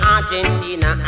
Argentina